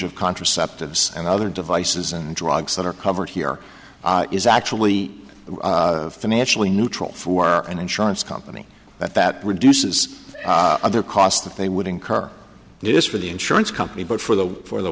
of contraceptives and other devices and drugs that are covered here is actually financially neutral for an insurance company that that reduces their cost that they would incur it is for the insurance company but for the for the